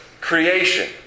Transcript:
creation